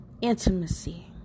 intimacy